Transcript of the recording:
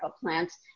plants